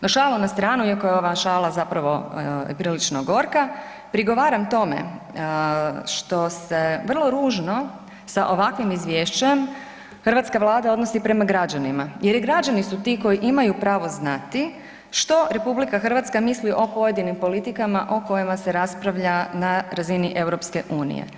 No, šalu na stranu iako je ova šala zapravo prilično gorka, prigovaram tome što se vrlo ružno sa ovakvim izvješćem hrvatska vlada odnosi prema građanima jer i građani su ti koji imaju pravo znati što RH misli o pojedinim politikama o kojima se raspravlja na razini EU.